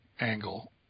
angle